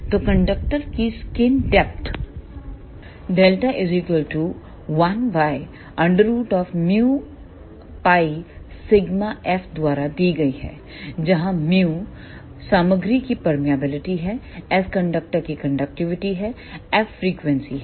तो कंडक्टर की screen depth δ 1fद्वारा दी गई है जहां µ सामग्री की परमियांबिलिटी है s कंडक्टर की कंडक्टिविटी है f फ्रीक्वेंसी है